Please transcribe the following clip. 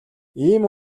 ийм